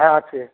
হ্যাঁ আছে